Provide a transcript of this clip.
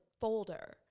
folder